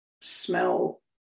smell